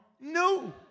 No